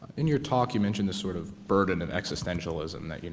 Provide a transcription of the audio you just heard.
in your talk, you mentioned this sort of burden and existentialism that, you